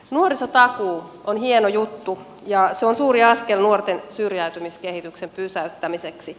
nuorisotakuu on hieno juttu ja se on suuri askel nuorten syrjäytymiskehityksen pysäyttämiseksi